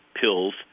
pills